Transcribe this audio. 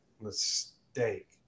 mistake